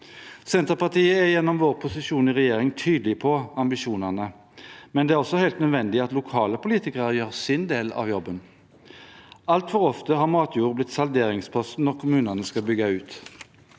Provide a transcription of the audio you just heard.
Senterpartiet er gjennom vår posisjon i regjeringen tydelige på ambisjonene, men det er også helt nødvendig at lokale politikere gjør sin del av jobben. Altfor ofte har matjord blitt salderingsposten når kommuner skal bygge ut.